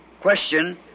question